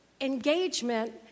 engagement